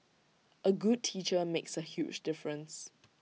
A good teacher makes A huge difference